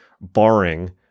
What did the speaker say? barring